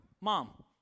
Mom